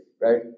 right